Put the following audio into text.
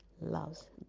loves